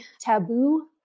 taboo